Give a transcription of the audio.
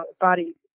body